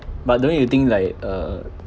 but don't you think like uh